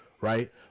Right